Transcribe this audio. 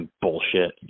bullshit